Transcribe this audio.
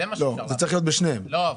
זה צריך להיות בשניהם.